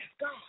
God